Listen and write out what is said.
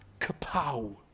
Kapow